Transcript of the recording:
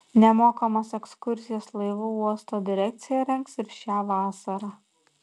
nemokamas ekskursijas laivu uosto direkcija rengs ir šią vasarą